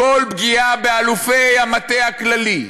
כל פגיעה באלופי המטה הכללי,